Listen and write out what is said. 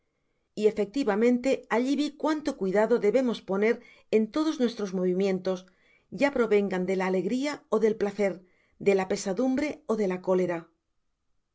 y efectivamente alli vi cuánto cuidado debemos poner en todos nuestros movimientos ya provengan de la alegria ó del placer de la pesadumbre ó de a cólera